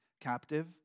captive